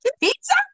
Pizza